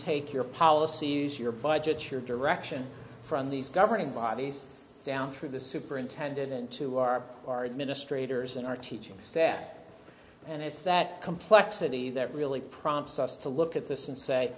take your policies your budget your direction from these governing bodies down through the superintendent to our our administrator is in our teaching stack and it's that complexity that really prompts us to look at this and say